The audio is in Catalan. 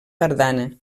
tardana